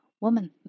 woman